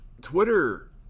Twitter